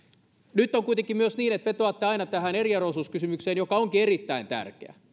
nyt on kuitenkin myös niin että vetoatte aina tähän eriarvoisuuskysymykseen joka onkin erittäin tärkeä